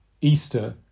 Easter